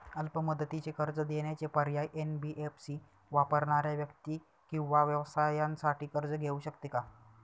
अल्प मुदतीचे कर्ज देण्याचे पर्याय, एन.बी.एफ.सी वापरणाऱ्या व्यक्ती किंवा व्यवसायांसाठी कर्ज घेऊ शकते का?